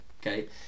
Okay